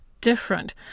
different